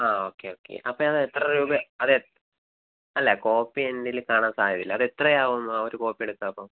ആ okay okay അപ്പം അതിത്ര രൂപ അതെ അല്ല കോപ്പി എൻറ്റേൽ കാണാൻ സാധ്യതയില്ല അതെത്രയാവും ആ ഒരു കോപ്പി എടുക്കാൻ അപ്പം